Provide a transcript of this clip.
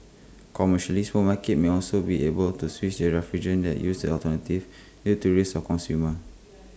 commercially supermarkets may also be able to switch refrigerant that use alternatives due to risks A consumers